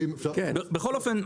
בכל אופן,